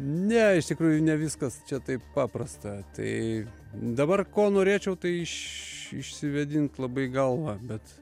ne iš tikrųjų ne viskas čia taip paprasta tai dabar ko norėčiau tai iš išsivėdint labai galvą bet